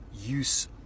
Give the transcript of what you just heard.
Use